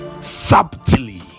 Subtly